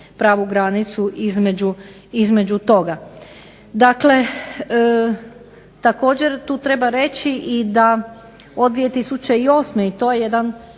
prvu granicu između toga. Dakle, također tu treba reći da od 2008. i to je također